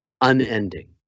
unending